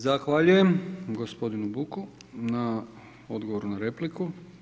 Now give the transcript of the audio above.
Zahvaljujem gospodinu Buku na odgovoru na repliku.